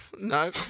No